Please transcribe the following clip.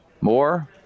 more